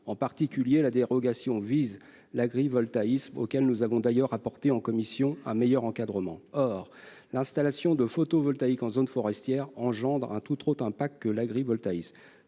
en particulier l'agrivoltaïsme, auquel nous avons d'ailleurs apporté en commission un meilleur encadrement. Or, l'installation de panneaux photovoltaïques en zone forestière engendre un tout autre impact que l'agrivoltaïsme.